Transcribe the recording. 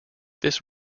this